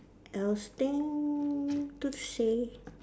I was thing to say